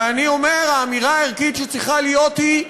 ואני אומר, האמירה הערכית שצריכה להיות היא: